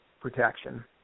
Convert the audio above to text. protection